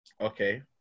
Okay